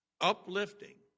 uplifting